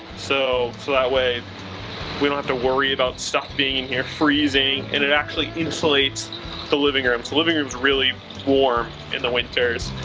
so so that way we don't have to worry about stuff being in here freezing and it actually insulates the living room. so living rooms really warm in the winter.